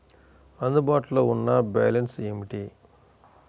అందుబాటులో ఉన్న బ్యాలన్స్ ఏమిటీ?